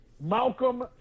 Malcolm